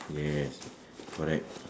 yes correct